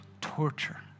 torture